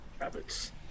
Rabbits